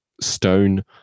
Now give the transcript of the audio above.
stone